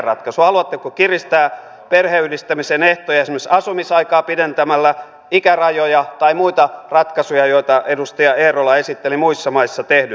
haluatteko kiristää perheenyhdistämisen ehtoja esimerkiksi asumisaikaa pidentämällä ikärajoja tai muita ratkaisuja joita edustaja eerola esitteli muissa maissa tehdyn